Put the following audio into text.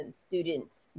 students